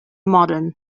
modern